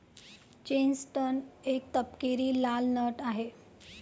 chestnut एक तपकिरी लाल नट आहे